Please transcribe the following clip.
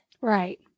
Right